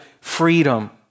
freedom